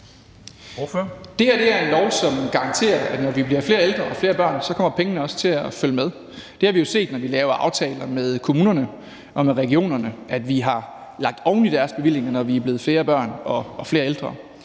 Det her er en lov, som garanterer, at når vi bliver flere ældre og flere børn, så kommer pengene også til at følge med. Vi har jo set, når vi har lavet aftaler med kommunerne og regionerne, at vi har lagt oven i deres bevillinger, når vi er blevet flere børn og flere ældre.